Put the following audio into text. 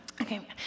Okay